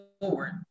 forward